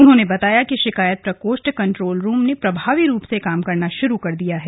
उन्होंने बताया कि शिकायत प्रकोष्ठ कन्ट्रोल रूम ने प्रभावी रूप से कार्य करना शुरू कर दिया है